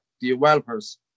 developers